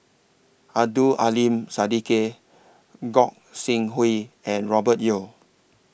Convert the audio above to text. Abdul Aleem Siddique Gog Sing Hooi and Robert Yeo